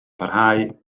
parhau